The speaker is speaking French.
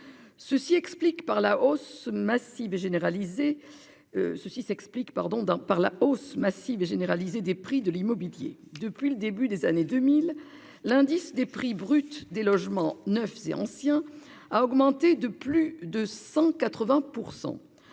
Ceci s'explique pardon dans par la hausse massive et généralisée des prix de l'immobilier depuis le début des années 2000, l'indice des prix brut des logements neufs et anciens a augmenté de plus de 180%.